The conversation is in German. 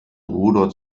bruder